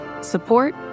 support